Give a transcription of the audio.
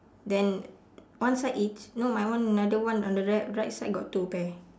then one side each no my one another one on the righ~ right side got two pair